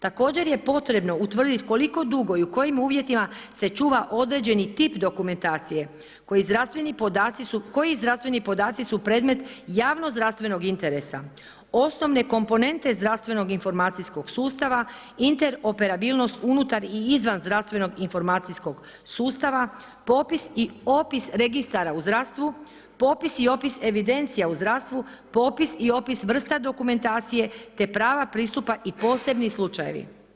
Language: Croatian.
Također je potrebno utvrditi koliko dugo i u kojim uvjetima se čuva određeni tim dokumentacije, koji zdravstveni podaci su predmet javno zdravstvenog interesa, osnovne komponente zdravstvenog informacijskog sustava, interoperabilnost unutar i izvan zdravstvenog i informacijskog sustava, popis i opis registara u zdravstvu, popis i opis evidencija u zdravstvu, popis i opis vrsta dokumentacije, te prava pristupa i posebni slučajevi.